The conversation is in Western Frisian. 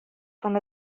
fan